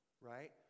right